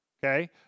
Okay